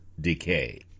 decay